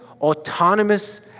autonomous